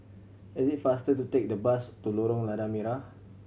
it is faster to take the bus to Lorong Lada Merah